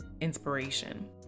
inspiration